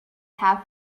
half